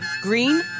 Green